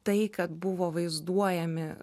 tai kad buvo vaizduojami